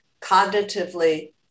cognitively